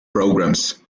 programs